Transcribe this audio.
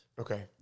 Okay